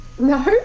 No